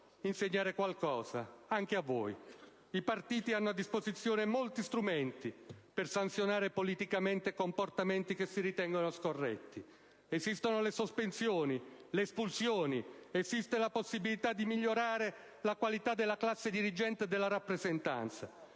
insegnare qualcosa anche a voi. I partiti hanno a disposizione molti strumenti per sanzionare politicamente comportamenti che si ritengono scorretti. Esistono le sospensioni, le espulsioni, la possibilità di migliorare la qualità della classe dirigente e della rappresentanza